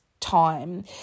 Time